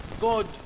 god